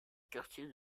quartier